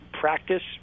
practice